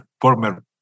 former